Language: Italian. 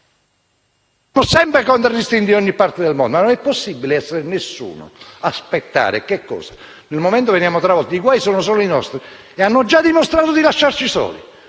non è possibile essere nessuno. Aspettare, che cosa? Nel momento in cui veniamo travolti i guai sono solo i nostri e hanno già dimostrato di lasciarci soli.